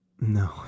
no